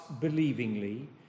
believingly